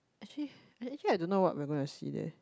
actually eh actually I don't know what we're gonna see leh